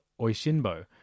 Oishinbo